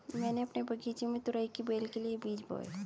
मैंने अपने बगीचे में तुरई की बेल के लिए बीज बोए